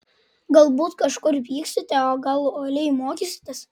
galbūt kažkur vyksite o gal uoliai mokysitės